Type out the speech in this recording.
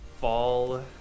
Fall